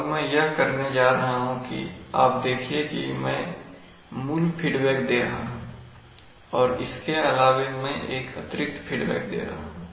अब मैं यह करने जा रहा हूं कि आप देखिए कि मैं मूल फीडबैक दे रहा हूं और इसके अलावे मैं एक अतिरिक्त फीडबैक दे रहा हूं